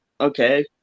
okay